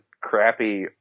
crappy